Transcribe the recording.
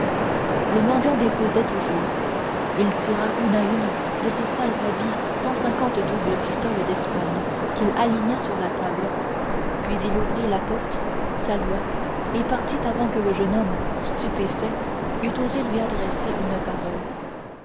le mendiant décousait toujours il tira une à une de ses sales habits cent cinquante doubles pistoles d'espagne qu'il aligna sur la table puis il ouvrit la porte salua et partit avant que le jeune homme stupéfait eût osé lui adresser une parole